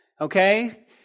Okay